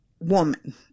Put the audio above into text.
woman